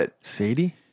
Sadie